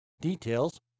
Details